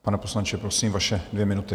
Pane poslanče, prosím, vaše dvě minuty.